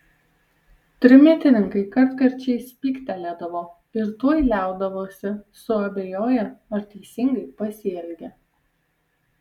trimitininkai kartkarčiais spygtelėdavo ir tuoj liaudavosi suabejoję ar teisingai pasielgė